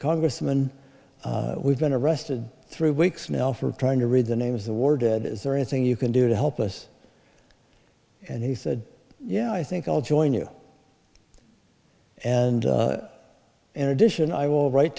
congressman we've been arrested three weeks nel for trying to read the names of the war dead is there anything you can do to help us and he said yeah i think i'll join you and in addition i will write